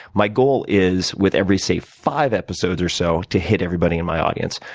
my goal is, with every say five episodes or so, to hit everybody in my audience.